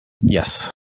Yes